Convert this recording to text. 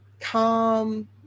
calm